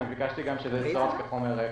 ביקשתי שיצורף כחומר רקע.